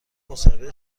مصاحبه